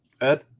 Ed